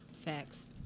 Facts